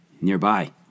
Nearby